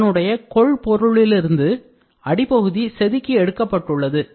அதனுடைய அடிப்பகுதி கொள்பொருளிலிருந்து செதுக்கி எடுக்கப்பட்டுள்ளது